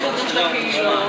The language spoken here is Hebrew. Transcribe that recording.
יש בוגרים של הקהילות,